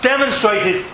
Demonstrated